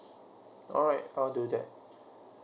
alright I'll do that